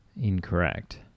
incorrect